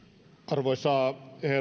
arvoisa